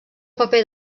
paper